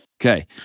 Okay